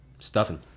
Stuffing